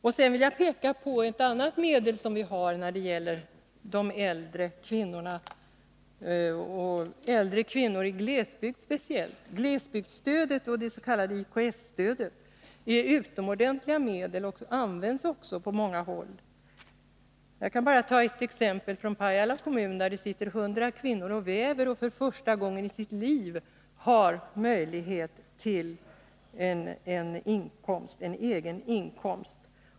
Jag vill också peka på ett annat medel vi har när det gäller de äldre kvinnorna, speciellt i glesbygd. Glesbygdsstödet och det s.k. IKS-stödet är utomordentliga medel och används också på många håll. Jag kan ta ett exempel från Pajala kommun, där det sitter 100 kvinnor och väver och för första gången i sitt liv får en egen inkomst.